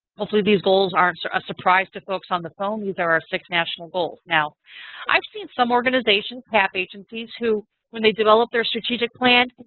hopefully these goals aren't a surprise to folks on the phone. these are our six national goals. now i've seen some organizations, cap agencies who when they develop their strategic plan,